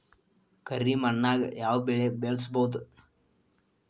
ಕರಿ ಮಣ್ಣಾಗ್ ಯಾವ್ ಬೆಳಿ ಬೆಳ್ಸಬೋದು?